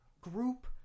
group